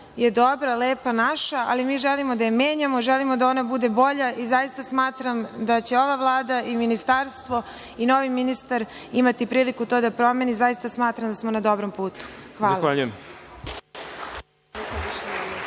je dobra, lepa, naša, ali mi želimo da je menjamo, želimo da ona bude bolja i zaista smatram da će ova Vlada i Ministarstvo i novi ministar imati priliku to da promene i zaista smatram da smo na dobrom putu.